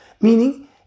meaning